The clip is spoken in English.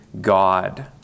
God